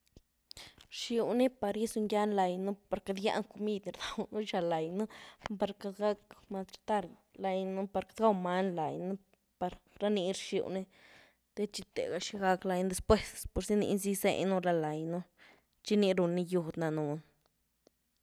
Rxiw ni par gyzu-ngya ny laynu, par queity gýan comid ni rdawnu xan-laynu, par queity gak mal tratar laynu, par queity gaw many laynu, par rani rxywny, te txi tega xi gak laynu, después pur zy ni zy gyzeny-un laynu, txi ni runy gywd danëen.